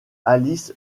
alice